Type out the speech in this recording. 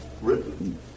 written